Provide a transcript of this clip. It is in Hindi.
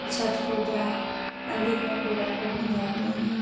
छठ पूजा मंदिर में पूजा करने जाते हैं